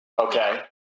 Okay